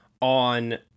on